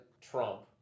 Trump